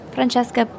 Francesca